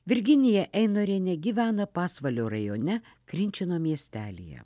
virginija einorienė gyvena pasvalio rajone krinčino miestelyje